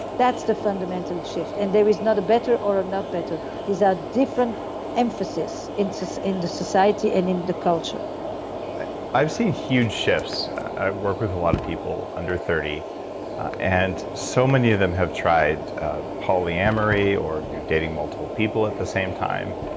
that's the fundamental shift and there's not a better or a not better these are different emphasis in so the society and in the culture i've seen huge shifts. i work with a lot of people under thirty and so many of them have tried polyamory or dating multiple people at the same time,